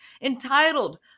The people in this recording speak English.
entitled